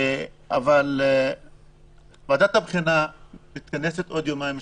אבל ועדת הבחינה מתכנסת בעוד יומיים-שלושה,